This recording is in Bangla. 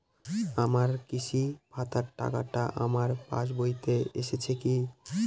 আমার কৃষক ভাতার টাকাটা আমার পাসবইতে এসেছে কি?